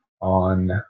on